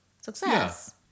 success